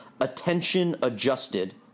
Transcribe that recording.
attention-adjusted